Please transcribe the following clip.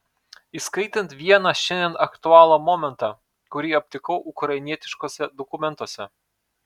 įskaitant vieną šiandien aktualų momentą kurį aptikau ukrainietiškuose dokumentuose